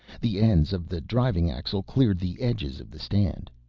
the ends of the driving axle cleared the edges of the stand,